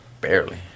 barely